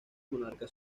monarca